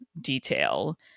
detail